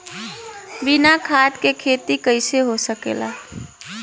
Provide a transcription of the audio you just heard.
बिना खाद के खेती कइसे हो सकेला?